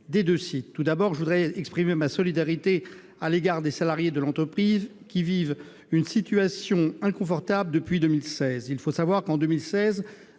des deux sites. Tout d'abord, je voudrais exprimer ma solidarité à l'égard des salariés de l'entreprise, qui vivent une situation inconfortable depuis 2016. Il faut savoir qu'alors